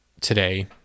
today